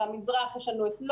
במזרח יש לנו את...